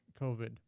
COVID